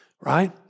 right